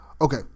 Okay